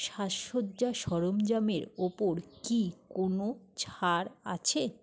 সাজসজ্জার সরঞ্জামের ওপর কি কোনও ছাড় আছে